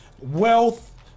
wealth